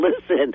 listen